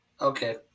Okay